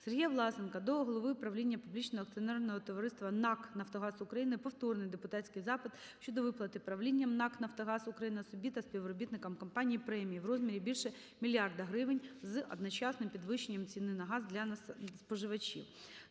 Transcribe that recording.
Сергія Власенка до голови правління публічного акціонерного товариства НАК "Нафтогаз України" повторний депутатський запит щодо виплати правлінням НАК "Нафтогаз України" собі та співробітникам компанії премії в розмірі більше мільярда гривень з одночасним підвищенням ціни на газ для споживачів.